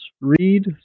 read